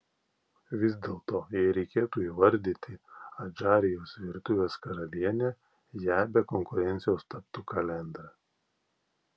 vis dėlto jei reikėtų įvardyti adžarijos virtuvės karalienę ja be konkurencijos taptų kalendra